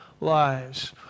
lives